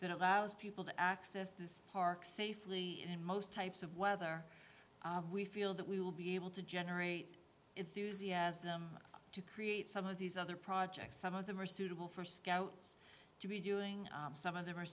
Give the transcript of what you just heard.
that allows people to access this park safely in most types of weather we feel that we will be able to generate enthusiasm to create some of these other projects some of them are suitable for scouts to be doing some of them are